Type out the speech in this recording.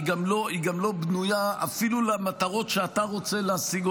היא גם לא בנויה אפילו למטרות שאתה רוצה להשיג.